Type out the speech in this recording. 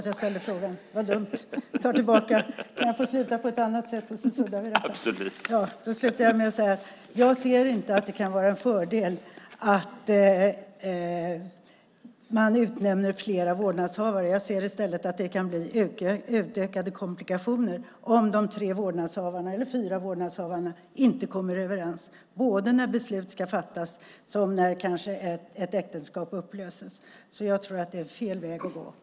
Jag ser inte att det kan vara en fördel att man utnämner flera vårdnadshavare. Jag ser i stället att det kan bli utökade komplikationer om de tre eller fyra vårdnadshavarna inte kommer överens när beslut ska fattas, som när ett äktenskap kanske upplöses. Jag tror att det är fel väg att gå.